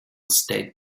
state